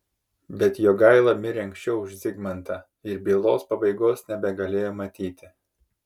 bet jogaila mirė anksčiau už zigmantą ir bylos pabaigos nebegalėjo matyti